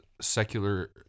secular